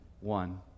one